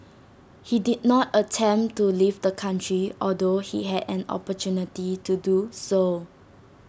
he did not attempt to leave the country although he had an opportunity to do so